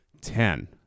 ten